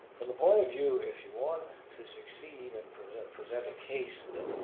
and the point of view, if you want to succeed and present present a case that